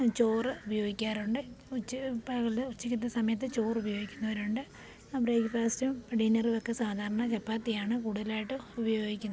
ചോറ് ഉപയോഗിക്കാറുണ്ട് ഉച്ച് പകല് ഉച്ചക്കത്തെ സമയത്ത് ചോറുപയോഗിക്കുന്നവരുണ്ട് ബ്രേക്ക്ഫാസ്റ്റും ഡിന്നറും ഒക്കെ സാധാരണ ചപ്പാത്തിയാണ് കൂടുതലായിട്ട് ഉപയോഗിക്കുന്നത്